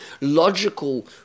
logical